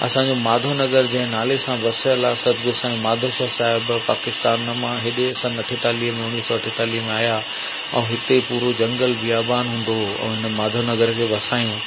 असांजो माधव नगर जे नाले सां बसियल आहे सतगुरू साई माधव शाह साहिबु पाकिस्तान मां एड़े सन अठतालीह में उणिवीह सौ अठतालीह में आया ऐं हिते पूरो झंगल बियाबान हूंदो ऐं इन माधव नगर खे वसायूं